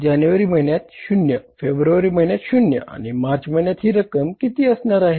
जानेवारी महिन्यात शून्य फेब्रुवारी महिन्यात शून्य आणि मार्च महिन्यात ही रक्कम किती असणार आहे